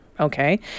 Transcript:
Okay